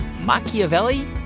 Machiavelli